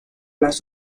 las